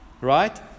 Right